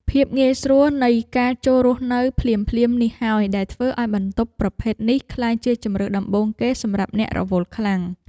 ភាពងាយស្រួលនៃការចូលរស់នៅភ្លាមៗនេះហើយដែលធ្វើឱ្យបន្ទប់ប្រភេទនេះក្លាយជាជម្រើសដំបូងគេសម្រាប់អ្នករវល់ខ្លាំង។